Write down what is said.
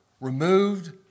removed